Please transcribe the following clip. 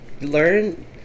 learn